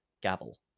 gavel